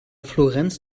florenz